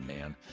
man